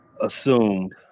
assumed